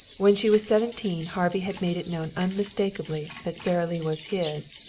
when she was seventeen harvey had made it known unmistakably that sara lee was his,